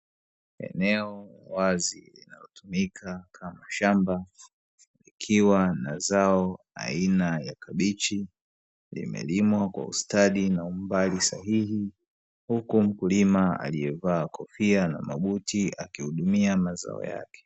Eneo wazi linalotumika kama mshamba, likiwa na zao aina ya kabichi Limelimwa kwa ustadi na umbali sahihi, Huku mkulima aliyevaa kofia na mabuti akihudumia mazao yake.